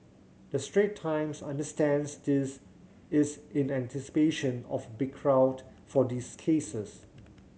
the Strait Times understands this is in anticipation of big crowd for these cases